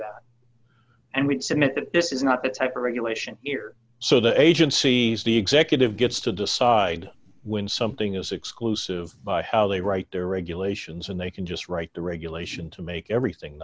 this is not the type of regulation here so the agencies the executive gets to decide when something is exclusive by how they write their regulations and they can just write the regulation to make everything